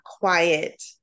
quiet